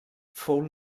fou